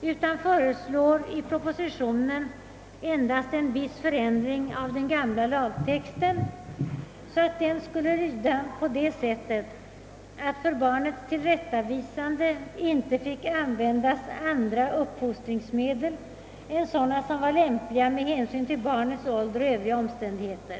utan föreslår i propositionen endast en viss förändring av den gamla lagtexten, så att den skulle lyda på det sättet att för barnets tillrättavisande inte fick användas andra uppfostringsmedel än sådana som var lämpliga med hänsyn till barnets ålder och övriga omständigheter.